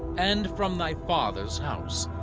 and from thy father's house,